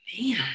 man